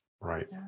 Right